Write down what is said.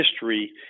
history